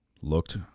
Looked